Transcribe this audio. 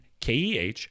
KEH